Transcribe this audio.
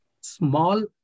small